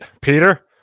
Peter